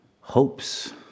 hopes